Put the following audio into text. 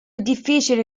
difficile